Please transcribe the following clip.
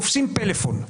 תופסים פלאפון,